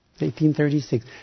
1836